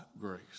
grace